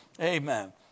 amen